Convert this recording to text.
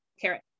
carrot